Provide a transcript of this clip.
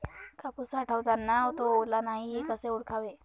कापूस साठवताना तो ओला नाही हे कसे ओळखावे?